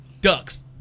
ducks